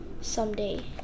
someday